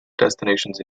destinations